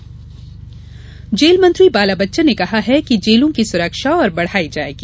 मंत्री बयान जेल मंत्री बाला बच्चन ने कहा है कि जेलों की सुरक्षा और बढ़ाई जायेगी